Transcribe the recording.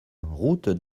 route